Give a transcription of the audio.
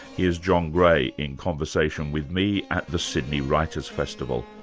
here's john gray in conversation with me at the sydney writers' festival.